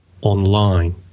online